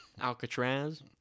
Alcatraz